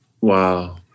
wow